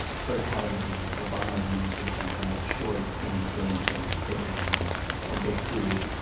sort of how did the obama administration come up short in influences big ag and and big food.